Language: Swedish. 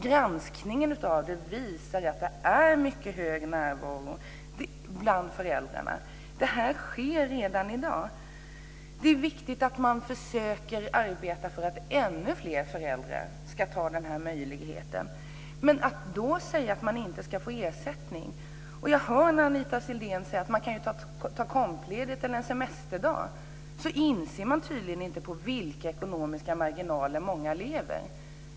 Granskningen visade att det är mycket hög närvaro bland föräldrarna. Det här sker redan i dag. Det är viktigt att försöka arbeta för att ännu fler föräldrar ska ta den här möjligheten. Men när Anita Sidén då säger att man ju kan ta kompledigt eller en semesterdag inser hon tydligen inte på vilka ekonomiska marginaler många lever.